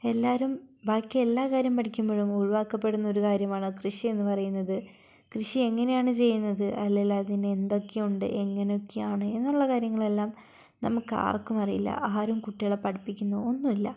എല്ലാവരും ബാക്കി എല്ലാ കാര്യം പഠിക്കുമ്പോഴും ഒഴിവാക്കപ്പെടുന്ന ഒരു കാര്യമാണ് കൃഷി എന്നു പറയുന്നത് കൃഷി എങ്ങനെയാണ് ചെയ്യുന്നത് അല്ലെങ്കിൽ അതിന് എന്തൊക്കെ ഉണ്ട് എങ്ങനെയൊക്കെയാണ് എന്നുള്ള കാര്യങ്ങളെല്ലാം നമുക്കാർക്കും അറിയില്ല ആരും കുട്ടികളെ പഠിപ്പിക്കുന്നോ ഒന്നുമില്ല